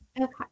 Okay